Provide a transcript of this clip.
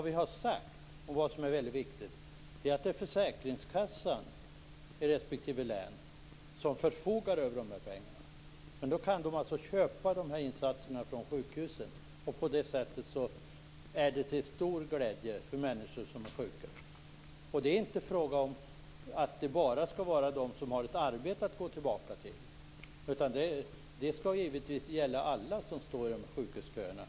Det vi har sagt, och som är väldigt viktigt, är att det är försäkringskassan i respektive län som förfogar över de här pengarna. De kan alltså köpa insatserna från sjukhusen. På det sättet är detta till stor glädje för människor som är sjuka. Det skall inte bara vara fråga om dem som har ett arbete att gå tillbaka till, det skall givetvis gälla alla som står i sjukhusköerna.